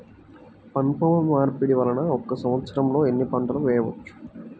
పంటమార్పిడి వలన ఒక్క సంవత్సరంలో ఎన్ని పంటలు వేయవచ్చు?